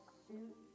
suit